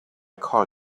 call